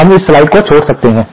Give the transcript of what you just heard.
हम इस स्लाइड को छोड़ सकते हैं